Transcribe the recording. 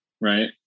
right